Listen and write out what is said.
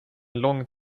lång